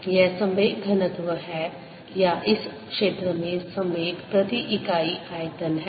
यह संवेग घनत्व है या इस क्षेत्र में संवेग प्रति इकाई आयतन है